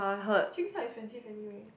drinks are expensive anyway